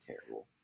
terrible